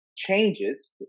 changes